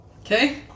Okay